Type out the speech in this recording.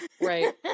Right